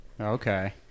Okay